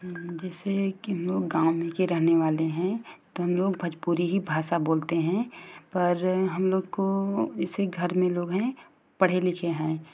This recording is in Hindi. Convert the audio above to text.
जैसे कि हम लोग गाँव में के रहने वाले है तो हम लोग भोजपुरी ही भाषा बोलते हैं और हम लोग को जैसे घर में लोग हैं पढ़े लिखे हैं